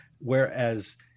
Whereas